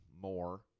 more